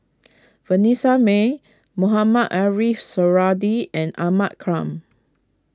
Vanessa Mae Mohamed Ariff Suradi and Ahmad Khan